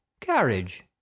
carriage